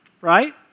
right